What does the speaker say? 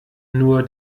nur